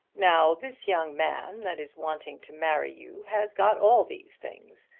now this young man that is wanting to marry you has got all these things,